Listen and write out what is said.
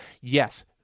Yes